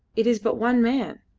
it is but one man.